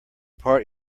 part